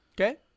Okay